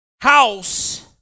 house